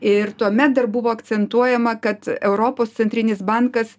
ir tuomet dar buvo akcentuojama kad europos centrinis bankas